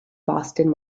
boston